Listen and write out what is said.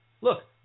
look